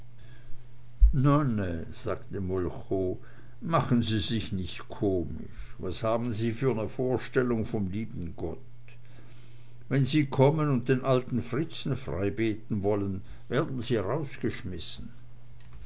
sagte molchow machen sie sich nicht komisch was haben sie für ne vorstellung vom lieben gott wenn sie kommen und den alten fritzen freibeten wollen werden sie rausgeschmissen